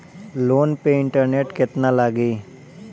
Loan पे interest केतना लागी?